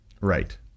Right